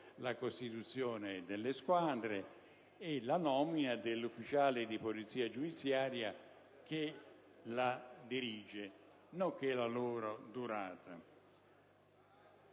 la costituzione della squadra e la nomina dell'ufficiale di polizia giudiziaria che la dirige, nonché la sua durata.